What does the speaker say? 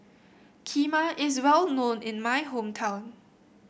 Kheema is well known in my hometown